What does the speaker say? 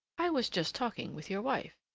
i was just talking with your wife,